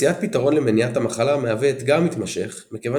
מציאת פתרון למניעת המחלה מהווה אתגר מתמשך מכיוון